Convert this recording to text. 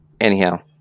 anyhow